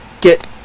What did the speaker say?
get